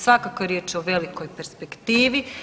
Svakako je riječ o velikoj perspektivi.